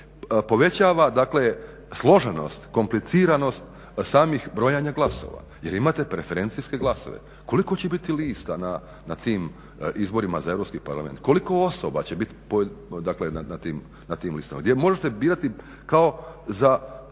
povećava, dakle složenost, kompliciranost samih brojanja glasova jer imate preferencijske glasove. Koliko će biti lista na tim izborima za Europski parlament? Koliko osoba će biti dakle na tim listama gdje možete birati kao za